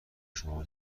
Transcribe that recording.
شما